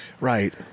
Right